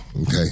okay